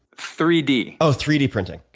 three d. oh, three d printing,